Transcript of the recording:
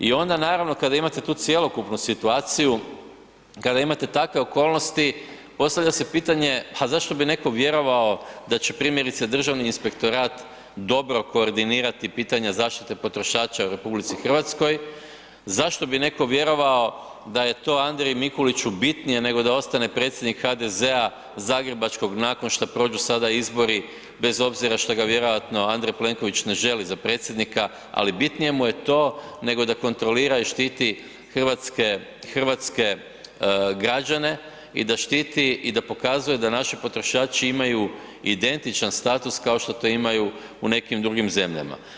I onda naravno kada imate tu cjelokupnu situaciju, kada imate takve okolnosti postavlja se pitanje pa zašto bi netko vjerovao da će primjerice Državni inspektorat dobro koordinirati pitanje zaštite potrošača u RH, zašto bi netko vjerovao da je to Andriji Mikuliću bitnije nego da ostane predsjednik HDZ-a zagrebačkog nakon što prođu sada izbori bez obzira šta ga vjerojatno Andrej Plenković ne želi za predsjednika, ali bitnije mu je to nego da kontrolira i štiti hrvatske, hrvatske građana i da štiti i da pokazuje da naši potrošači imaju identičan status kao što to imaju u nekim drugim zemljama.